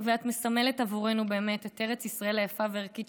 את מסמלת עבורנו באמת את ארץ ישראל היפה והערכית.